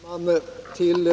Herr talman!